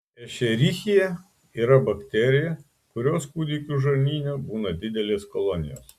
ešerichija yra bakterija kurios kūdikių žarnyne būna didelės kolonijos